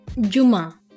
Juma